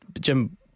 Jim